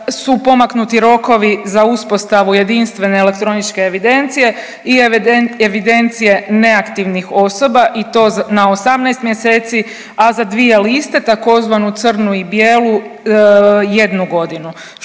su pomaknuti rokovi za uspostavu jedinstvene elektroničke evidencije i evidencije neaktivnih osoba i to na 18 mjeseci, a za dvije liste tzv. crnu i bijelu jednu godinu.